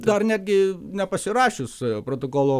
dar netgi nepasirašius protokolo